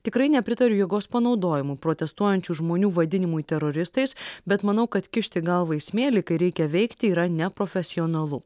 tikrai nepritariu jėgos panaudojimui protestuojančių žmonių vadinimui teroristais bet manau kad kišti galvą į smėlį kai reikia veikti yra neprofesionalu